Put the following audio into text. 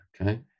Okay